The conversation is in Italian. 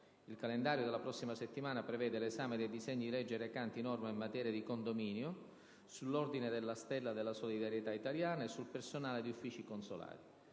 Il calendario della prossima settimana prevede l'esame dei disegni di legge recanti norme in materia di condominio, sull'ordine della Stella della solidarietà italiana e sul personale di uffici consolari.